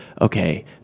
okay